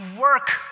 work